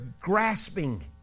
grasping